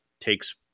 takes